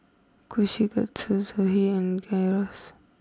Kushikatsu Zosui and Gyros